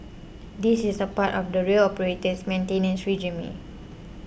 this is a part of the rail operator's maintenance regime